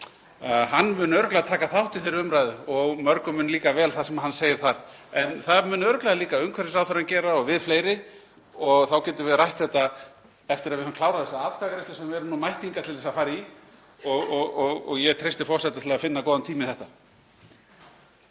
hann mun örugglega taka þátt í þeirri umræðu og mörgum mun líka vel það sem hann segir þar. En það mun örugglega líka umhverfisráðherra gera og við fleiri og þá getum við rætt þetta eftir að við höfum klárað þessa atkvæðagreiðslu sem við erum nú mætt hingað til að fara í og ég treysti forseta til að finna góðan tíma í þetta.